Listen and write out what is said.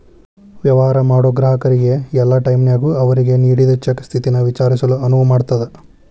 ವ್ಯವಹಾರ ಮಾಡೋ ಗ್ರಾಹಕರಿಗೆ ಯಲ್ಲಾ ಟೈಮದಾಗೂ ಅವ್ರಿಗೆ ನೇಡಿದ್ ಚೆಕ್ ಸ್ಥಿತಿನ ವಿಚಾರಿಸಲು ಅನುವು ಮಾಡ್ತದ್